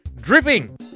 dripping